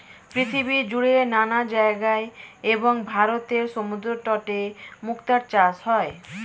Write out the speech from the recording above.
পৃথিবীজুড়ে নানা জায়গায় এবং ভারতের সমুদ্রতটে মুক্তার চাষ হয়